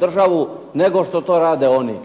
državu nego što to rade oni.